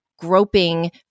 Groping